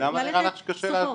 למה נראה לך שקשה להבין?